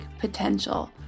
potential